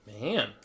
Man